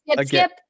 skip